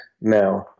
now